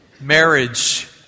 Marriage